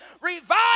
Revive